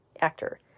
Actor